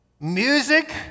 Music